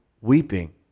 weeping